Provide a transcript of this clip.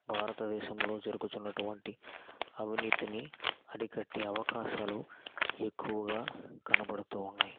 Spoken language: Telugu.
భారతదేశంలో జరుగుతున్నటువంటి అవినీతిని అరికట్టే అవకాశాలు ఎక్కువగా కనబడుతు ఉన్నాయి